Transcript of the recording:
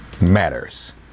matters